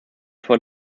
vor